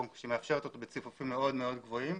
או שהיא מאפשרת אותו בציפופים מאוד מאוד גבוהים,